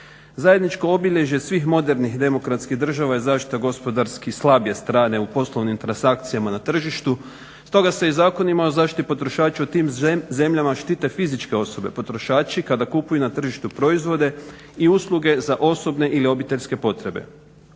Zajedničko obilježje svih modernih demokratskih država je zaštita gospodarski slabije strane u poslovnim transakcijama na tržištu stoga se i Zakonima o zaštiti potrošača u tim zemljama štite fizičke osobe. Potrošači kada kupuju na tržištu proizvode i usluge za osobne ili obiteljske potrebe.